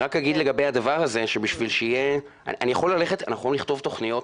אנחנו נכתוב תוכניות,